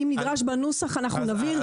אם נדרש בנוסח, אנחנו נבהיר.